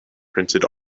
printed